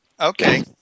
Okay